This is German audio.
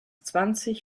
zwanzig